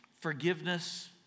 forgiveness